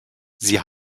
sie